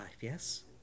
yes